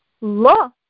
La